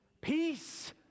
Peace